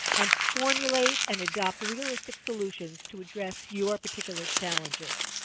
and formulate and adopt realistic solutions to address your particular challenges.